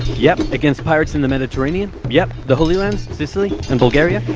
yep. against pirates in the mediterranean? yep. the holy lands? sicily? in bulgaria?